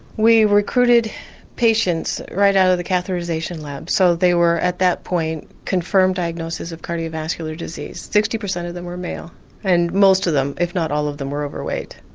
we recruited patients right out of the catheterisation lab, so they were at that point confirmed diagnosis of cardiac vascular disease. sixty percent of them were male and most of them, if not all of them were overweight.